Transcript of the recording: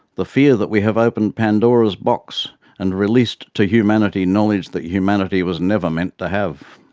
the fear that we have opened pandora's box and released to humanity knowledge that humanity was never meant to have.